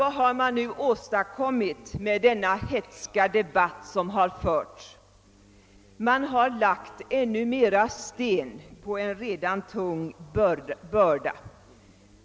Vad har man nu åstadkommit med den hätska debatt som har förts? Man har lagt ännu mera sten på en redan tung börda.